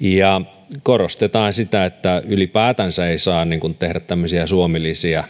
ja korostetaan sitä että ylipäätänsä ei saa tehdä tämmöisiä suomi lisiä